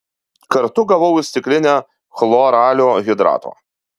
kartu gavau ir stiklinę chloralio hidrato